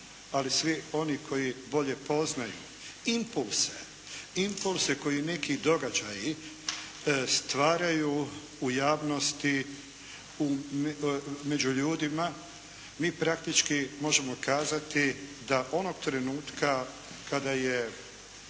ali svi oni koji bolje poznaju impulse, impulse koje neki događaji stvaraju u javnosti među ljudima mi praktički možemo kazati da onog trenutka kada je